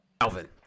Alvin